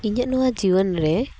ᱤᱧᱟᱹᱜ ᱱᱚᱣᱟ ᱡᱤᱭᱚᱱ ᱨᱮ